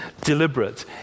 deliberate